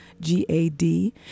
G-A-D